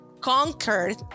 conquered